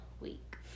week